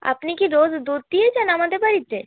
আপনি কি রোজ দুধ দিয়ে যান আমাদের বাড়িতে